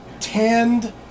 tanned